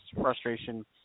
frustration